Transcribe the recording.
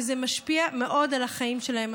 וזה משפיע מאוד על החיים שלהם.